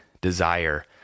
desire